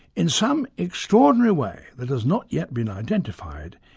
in some extraordinary way that has not yet been identified,